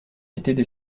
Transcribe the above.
étaient